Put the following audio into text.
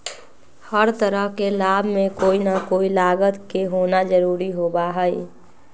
हर तरह के लाभ में कोई ना कोई लागत के होना जरूरी होबा हई